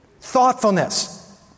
Thoughtfulness